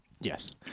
Yes